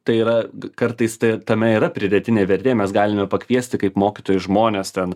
tai yra kartais tai tame yra pridėtinė vertė mes galime pakviesti kaip mokytojus žmones ten